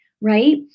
right